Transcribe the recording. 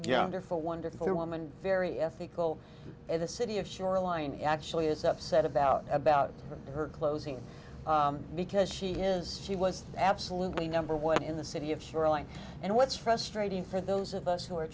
yeah they're for a wonderful woman very ethical and the city of shoreline actually is upset about about her closing because she is she was absolutely number one in the city of seraing and what's frustrating for those of us who are